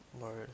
lord